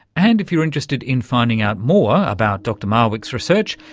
and if you're interested in finding out more about dr marwick's research,